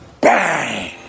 Bang